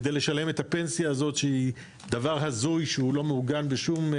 כדי לשלם את הפנסיה הזאת שהיא דבר הזוי שהוא לא מעוגן בשום,